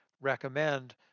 recommend